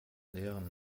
leeren